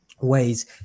ways